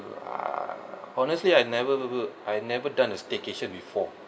uh honestly I never I never done a staycation before